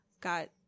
got